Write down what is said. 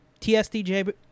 TSDJ